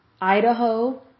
Idaho